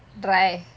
dry